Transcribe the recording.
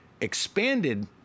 expanded